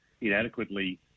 inadequately